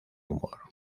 humor